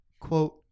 quote